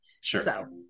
Sure